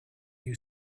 you